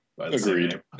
Agreed